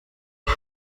iki